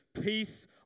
Peace